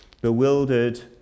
bewildered